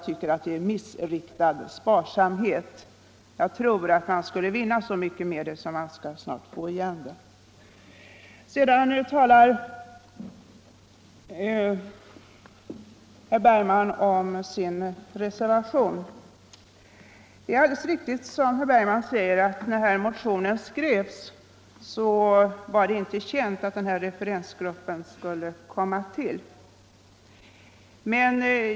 Det är missriktad sparsamhet. Man skulle vinna så mycket att det snart skulle betala sig. Sedan talade herr Bergman om sin reservation. Det är alldeles riktigt som herr Bergman säger att när motionen skrevs var det inte känt att referensgruppen skulle tillsättas.